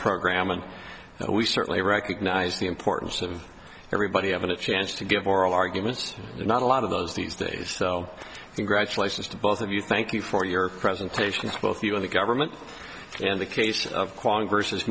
program and we certainly recognize the importance of everybody have a chance to give oral arguments not a lot of those these days so congratulations to both of you thank you for your presentation both you and the government and the case of quantum versus